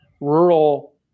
rural